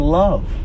love